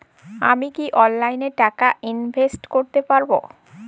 আমি কি অনলাইনে টাকা ইনভেস্ট করতে পারবো?